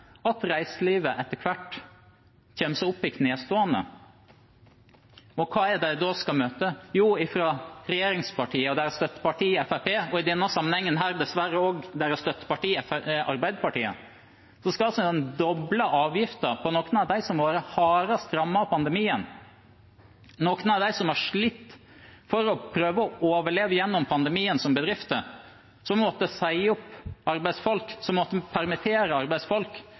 at reiselivet etter hvert kommer seg opp i knestående. Og hva er det de skal møte? Jo, fra regjeringspartiene og deres støtteparti, Fremskrittspartiet, og i denne sammenhengen dessverre også Arbeiderpartiet, skal en doble avgiftene for noen av dem som har vært hardest rammet av pandemien, noen av dem som har slitt for å prøve å overleve gjennom pandemien som bedrifter, som har måttet si opp arbeidsfolk, som har måttet permittere arbeidsfolk,